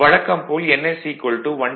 வழக்கம் போல் ns120 fP 1000 R